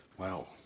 Wow